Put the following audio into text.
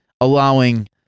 allowing